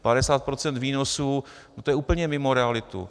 Padesát procent výnosů, to je úplně mimo realitu.